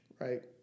right